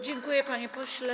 Dziękuję, panie pośle.